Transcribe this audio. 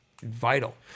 Vital